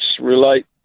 relate